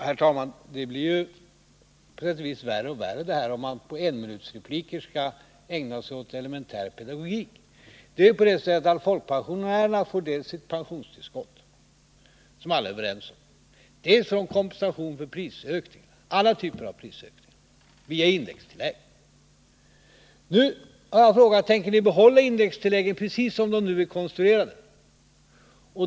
Herr talman! Det här blir ju på sätt och vis värre och värre — om man på enminutsrepliker skall ägna sig åt elementär pedagogik. Folkpensionärerna får dels sitt pensionstillskott, som alla är överens om, dels kompensation för prisökningar — alla typer av prisökningar — via indextillägg. Nu har jag frågat: Tänker ni behålla indextilläggen precis som de nu är konstruerade?